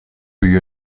you